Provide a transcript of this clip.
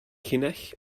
llinell